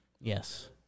Yes